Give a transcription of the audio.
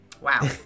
wow